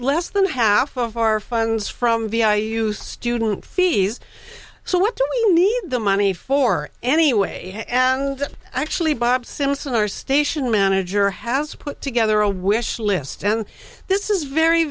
less than half of our funds from vi you student fees so what do you need the money for anyway and actually bob simpson our station manager has put together a wish list and this is very